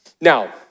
Now